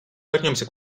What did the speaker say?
вернемся